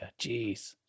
Jeez